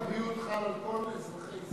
חוק הבריאות חל על כל אזרחי ישראל.